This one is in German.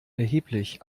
erheblich